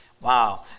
Wow